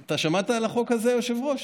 אתה שמעת על החוק הזה, היושב-ראש?